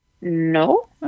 No